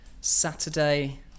Saturday